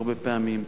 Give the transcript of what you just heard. הרבה פעמים.